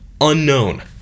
unknown